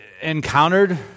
encountered